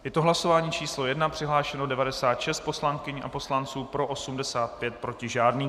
Je to hlasování číslo 1, přihlášeno 96 poslankyň a poslanců, pro 85, proti žádný.